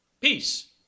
peace